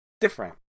different